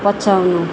पछ्याउनु